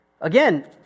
Again